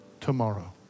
tomorrow